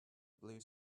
blue